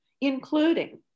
including